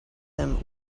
them